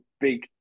big